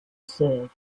served